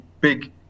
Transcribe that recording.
big